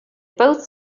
both